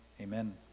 amen